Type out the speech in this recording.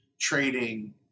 trading